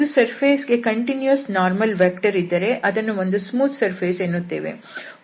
ಒಂದು ಸರ್ಫೇಸ್ ಗೆ continuous normal vector ಇದ್ದರೆ ಅದನ್ನು ಒಂದು ಸ್ಮೂತ್ ಸರ್ಫೇಸ್ ಎನ್ನುತ್ತೇವೆ